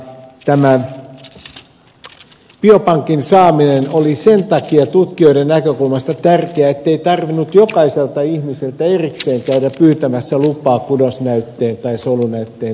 tämä biopankin saaminen oli sen takia tutkijoiden näkökulmasta tärkeä ettei tarvinnut jokaiselta ihmiseltä erikseen käydä pyytämässä lupaa kudosnäytteen tai solunäytteen tutkimuskäyttöön